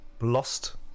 lost